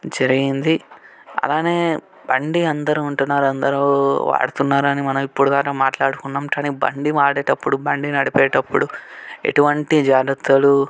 జరిగింది అలానే బండి అందరూ కొంటున్నారు అందరూ వాడుతున్నారని మనం ఇప్పుటి దాకా మాట్లాడుకున్నాము కానీ బండి వాడేటప్పుడు బండి నడిపేటప్పుడు ఎటువంటి జాగ్రత్తలు